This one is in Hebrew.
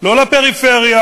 לא לפריפריה,